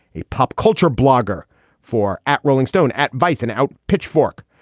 a pop culture blogger for at rolling stone at vice. and out pitchfork.